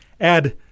Add